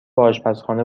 آشپزخانه